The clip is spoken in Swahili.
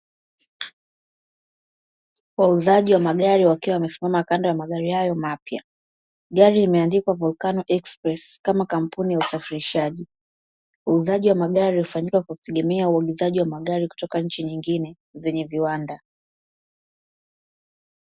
Wauzaji wa magari wakiwa wamesimama kando ya magari hayo mapya. Gari imeandikwa Volcano eksipresi kama kampuni ya usafirishaji, wauzaji wa magari hutegemea uagizaji wa magari kutoka nchi nyingine zenye viwanda.